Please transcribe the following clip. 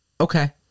okay